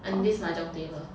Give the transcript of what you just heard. and this mahjong table